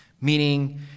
meaning